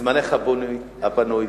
בזמנך הפנוי